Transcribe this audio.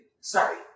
sorry